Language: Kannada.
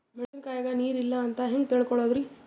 ಮೆಣಸಿನಕಾಯಗ ನೀರ್ ಇಲ್ಲ ಅಂತ ಹೆಂಗ್ ತಿಳಕೋಳದರಿ?